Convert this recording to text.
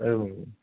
एवम्